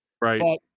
Right